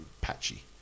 patchy